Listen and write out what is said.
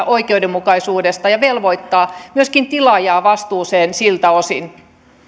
oikeudenmukaisuudesta ja velvoittaa myöskin tilaajaa vastuuseen siltä osin